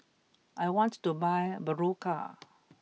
I want to buy Berocca